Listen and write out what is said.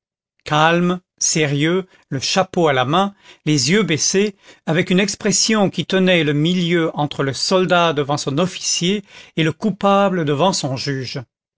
calme sérieux le chapeau à la main les yeux baissés avec une expression qui tenait le milieu entre le soldat devant son officier et le coupable devant son juge